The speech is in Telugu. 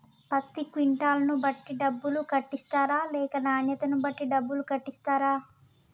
పత్తి క్వింటాల్ ను బట్టి డబ్బులు కట్టిస్తరా లేక నాణ్యతను బట్టి డబ్బులు కట్టిస్తారా?